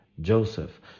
Joseph